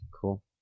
cool